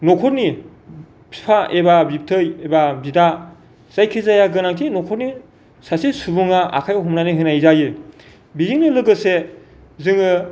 न'खरनि बिफा एबा बिब्थै एबा बिदा जायखिजाया गोनांथि न'खरनि सासे सुबुंआ आखायाव हमनानै होनाय जायो बेजोंनो लोगोसे जोङो